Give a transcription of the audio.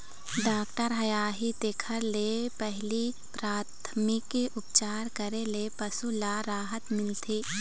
doctor ह आही तेखर ले पहिली पराथमिक उपचार करे ले पशु ल राहत मिलथे